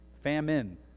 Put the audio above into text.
famine